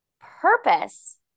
Purpose